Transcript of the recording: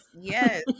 Yes